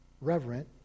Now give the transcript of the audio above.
reverent